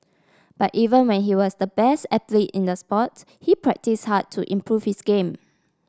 but even when he was the best athlete in the sport he practised hard to improve his game